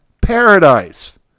paradise